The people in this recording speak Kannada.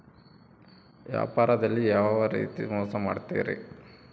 ವ್ಯಾಪಾರದಲ್ಲಿ ಯಾವ್ಯಾವ ರೇತಿ ಮೋಸ ಮಾಡ್ತಾರ್ರಿ?